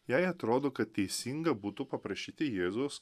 jai atrodo kad teisinga būtų paprašyti jėzus